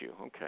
okay